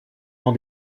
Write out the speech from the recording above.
dans